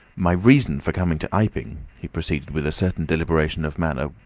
my reason for coming to iping, he proceeded, with a certain deliberation of manner,